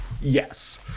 Yes